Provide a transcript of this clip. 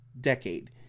decade